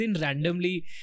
randomly